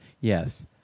Yes